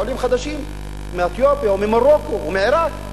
עולים חדשים מאתיופיה או ממרוקו או מעירק.